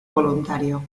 voluntario